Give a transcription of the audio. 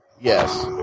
Yes